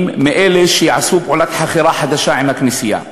מאלה שעשו פעולת חכירה חדשה עם הכנסייה.